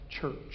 church